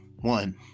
one